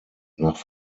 nach